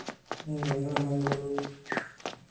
ᱢᱟᱨᱟᱝ ᱵᱩᱨᱩ